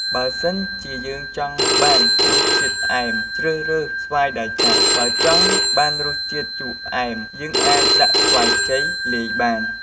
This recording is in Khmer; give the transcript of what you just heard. បើសិនជាយើងចង់បានរស់ជាតិផ្អែម ជ្រើសរើសស្វាយដែលចាស់ បើចង់បានរសជាតិជូផ្អែមយើងអាចដាក់ស្វាយខ្ចីលាយបាន។